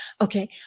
Okay